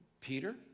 Peter